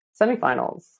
semifinals